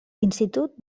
institut